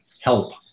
help